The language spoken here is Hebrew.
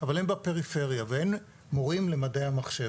אבל הם בפריפריה ואין מורים למדעי המחשב.